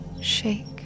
shake